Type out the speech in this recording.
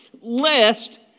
lest